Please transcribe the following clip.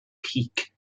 peak